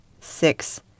six